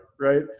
right